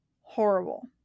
horrible